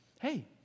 Hey